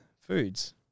foods